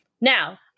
now